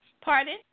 pardon